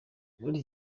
muri